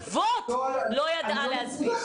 כל חברה שידעה לגבות לא ידעה להחזיר.